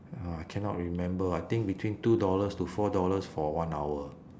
oh I cannot remember I think between two dollars to four dollars for one hour